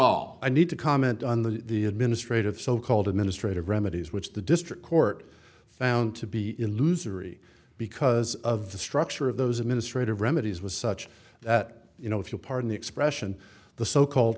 all i need to comment on the the administrative so called administrative remedies which the district court found to be illusory because of the structure of those administrative remedies was such that you know if you'll pardon the expression the so called